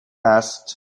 asked